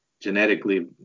genetically